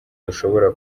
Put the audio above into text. rushobora